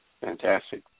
Fantastic